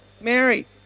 Mary